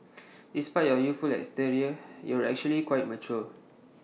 despite your youthful exterior you're actually quite mature